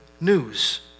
news